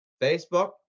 Facebook